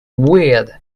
weed